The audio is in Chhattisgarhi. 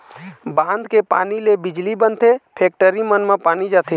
बांध के पानी ले बिजली बनथे, फेकटरी मन म पानी जाथे